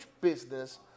business